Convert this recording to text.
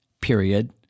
period